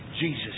Jesus